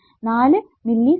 നാല് milli second